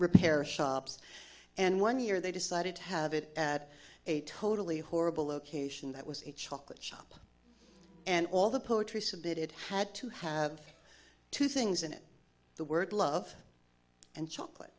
repair shops and one year they decided to have it at a totally horrible location that was a chocolate shop and all the poetry submitted had to have two things in it the word love and chocolate